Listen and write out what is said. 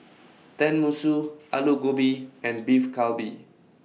Tenmusu Alu Gobi and Beef Galbi